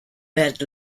bed